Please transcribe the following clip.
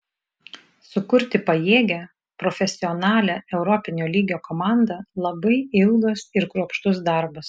sukurti pajėgią profesionalią europinio lygio komandą labai ilgas ir kruopštus darbas